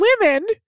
women